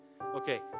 okay